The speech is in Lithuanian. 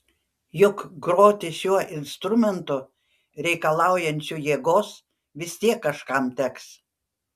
juk groti šiuo instrumentu reikalaujančiu jėgos vis tiek kažkam teks